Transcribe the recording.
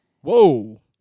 Whoa